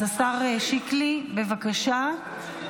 אז השר שקלי, בבקשה.